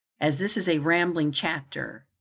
as this is a rambling chapter,